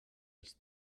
els